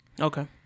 Okay